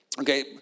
Okay